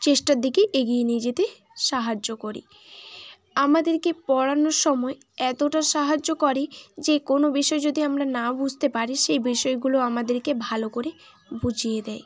চেষ্টার দিকে এগিয়ে নিয়ে যেতে সাহায্য করি আমাদেরকে পড়ানোর সময় এতোটা সাহায্য করে যে কোনো বিষয় যদি আমরা না বুঝতে পারি সেই বিষয়গুলো আমাদেরকে ভালো করে বুঝিয়ে দেয়